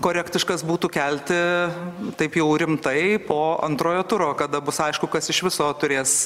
korektiškas būtų kelti taip jau rimtai po antrojo turo kada bus aišku kas iš viso turės